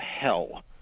hell